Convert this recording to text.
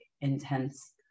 intense